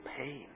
pain